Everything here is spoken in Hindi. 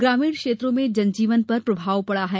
ग्रामीण क्षेत्रों में जन जीवन पर प्रभाव पड़ा है